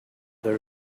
there